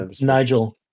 nigel